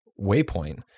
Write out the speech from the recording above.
Waypoint